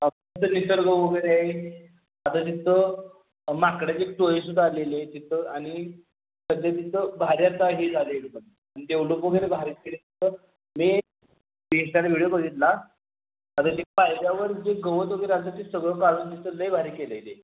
निसर्ग वगैरे आहे आता तिथं माकडाची टोळीसुद्धा आलेली आहे तिथं आणि सध्या इतकं भारी आता हे झालं आहे एकदम वगैरे भारीच केलं आहे मी मी इंश्टाने व्हिडिओ बघितला आता जे पायथ्यावर जे गवत वगैरे आलं आहे ते सगळं काढून तिथं लय भारी केलं आहे ते